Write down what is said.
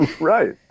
right